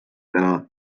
täna